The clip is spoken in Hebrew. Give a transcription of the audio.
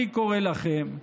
אני קורא לכם,